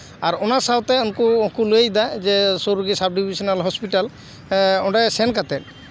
ᱟᱨ ᱚᱱᱟ ᱥᱟᱶᱛᱮ ᱩᱱᱠᱩ ᱦᱚᱸᱠᱚ ᱞᱟᱹᱭᱫᱟ ᱡᱮ ᱥᱩᱨ ᱨᱮᱜᱮ ᱥᱟᱵᱽ ᱰᱤᱵᱷᱤᱥᱳᱱᱟᱞ ᱦᱚᱥᱯᱤᱴᱟᱞ ᱦᱮᱸ ᱚᱸᱰᱮ ᱥᱮᱱ ᱠᱟᱛᱮᱜ